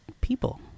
people